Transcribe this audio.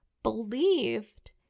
believed